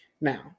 Now